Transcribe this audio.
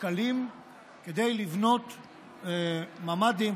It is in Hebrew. שקלים כדי לבנות ממ"דים,